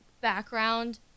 background